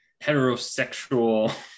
heterosexual